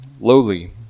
lowly